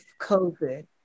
COVID